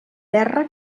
terra